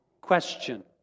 question